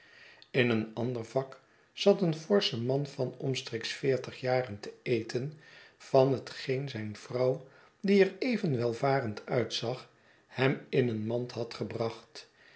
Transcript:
in een ander vak zat een forsche man van omstreeks veertig jaren te eten van hetgeen zijn vrouw die er even welvarend uitzag hem in een mand had gebracht